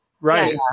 right